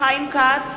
חיים כץ